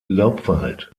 laubwald